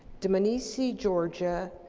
dmanisi, georgia,